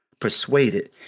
persuaded